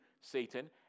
Satan